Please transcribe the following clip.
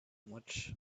much